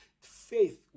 Faith